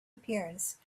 appearance